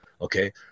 Okay